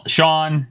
Sean